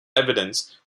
evidence